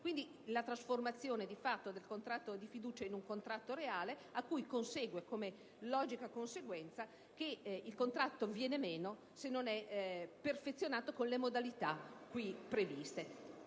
quindi, la trasformazione di fatto del contratto di fiducia in un contratto reale, cui consegue come logica conseguenza che il contratto viene meno se non è perfezionato con le modalità qui previste.